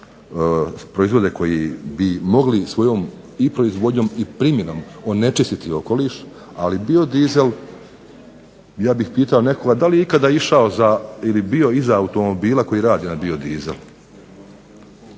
proizvode koje bi mogli svojom i proizvodnjom i primjenom onečistiti okoliš ali biodizel. Ja bih pitao nekoga da li je ikada išao ili bio iza automobila koji radi na biodizel?